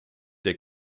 der